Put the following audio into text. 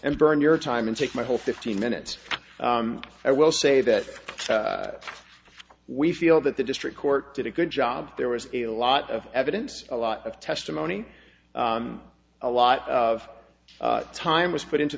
and burn your time and take my whole fifteen minutes i will say that we feel that the district court did a good job there was a lot of evidence a lot of testimony a lot of time was put into